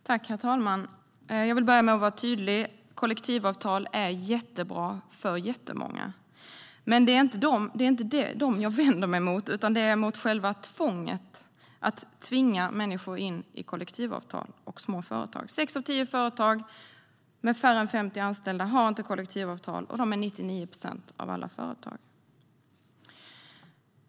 Herr talman! Jag vill inleda med att vara tydlig. Kollektivavtal är jättebra för jättemånga. Men det är inte kollektivavtalen som jag vänder mig emot, utan det är mot tvånget, att tvinga människor in i kollektivavtal i små företag. Sex av tio företag med färre än 50 anställda har inte kollektivavtal, och de utgör 99 procent av alla företag.